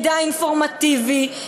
אינפורמטיבי,